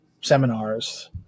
seminars